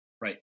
right